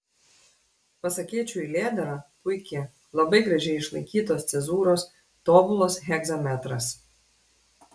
pasakėčių eilėdara puiki labai gražiai išlaikytos cezūros tobulas hegzametras